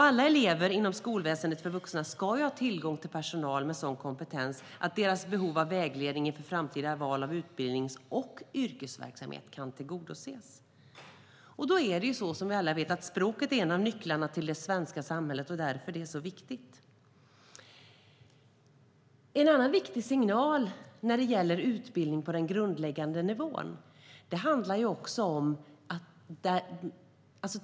Alla elever inom skolväsendet för vuxna ska ha tillgång till personal med sådan kompetens att deras behov av vägledning inför framtida val av utbildnings och yrkesverksamhet kan tillgodoses. Som vi alla vet är språket en nyckel till det svenska samhället och är därför så viktigt. Det finns en annan signal när det gäller utbildning på den grundläggande nivån.